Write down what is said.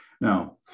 now